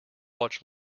watch